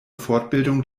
fortbildung